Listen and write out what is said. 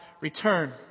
return